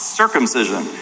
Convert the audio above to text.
circumcision